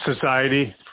society